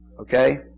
Okay